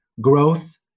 growth